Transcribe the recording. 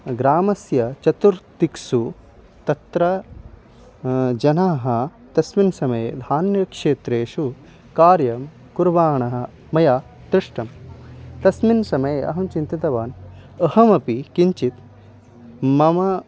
ग्रामस्य चतुर्दिक्षु तत्र जनाः तस्मिन्समये धान्यक्षेत्रेषु कार्यं कुर्वाणाः मया दृष्टाः तस्मिन्समये अहं चिन्तितवान् अहमपि किञ्चित् मम